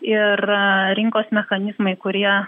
ir rinkos mechanizmai kurie